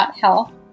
.health